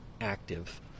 active